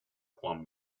juan